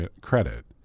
credit